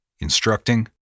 instructing